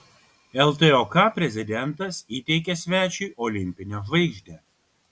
ltok prezidentas įteikė svečiui olimpinę žvaigždę